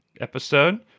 episode